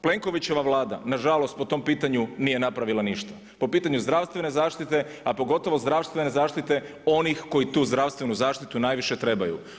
Plenkovićeva Vlada nažalost po tom pitanju nije napravila ništa, po pitanju zdravstvene zaštite a pogotovo zdravstvene zaštite onih koji tu zdravstvenu zaštitu najviše trebaju.